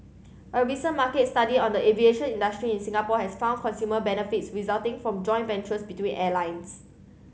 a recent market study on the aviation industry in Singapore has found consumer benefits resulting from joint ventures between airlines